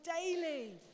daily